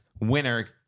Winner